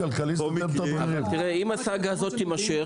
אם סאגה הזאת תימשך